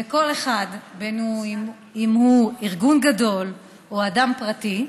וכל אחד, בין אם הוא ארגון גדול או אדם פרטי,